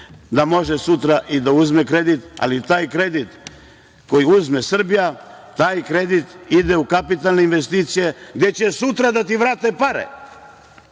da može sutra da uzme kredit, ali taj kredit koji uzme Srbija, taj kredit ide u kapitalne investicije, gde će sutra da ti vrate.